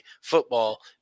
football